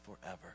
forever